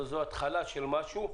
אבל זו התחלה של משהו.